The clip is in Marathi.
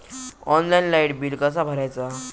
ऑनलाइन लाईट बिल कसा भरायचा?